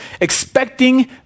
expecting